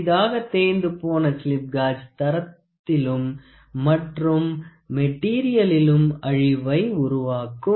சிறிதாக தேய்ந்துபோன slip gauge தரத்திளும் மற்றும் மெட்டிரியளிலும் அழிவை உருவாக்கும்